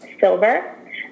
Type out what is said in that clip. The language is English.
Silver